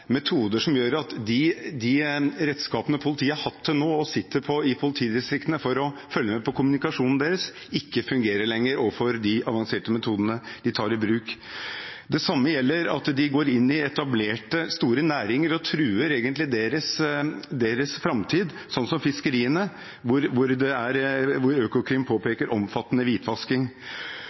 som en sitter på i politidistriktene for å følge med på kommunikasjonen deres, ikke lenger fungerer overfor de avanserte metodene de tar i bruk. Det samme gjelder det at de går inn i etablerte, store næringer og egentlig truer deres framtid, sånn som fiskeriene, hvor Økokrim påpeker omfattende hvitvasking. De bruker tredjepersoner som ikke selv har et kriminelt rulleblad, som personer som ivaretar verdiene deres, og som det er